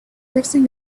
crossing